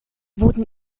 wurden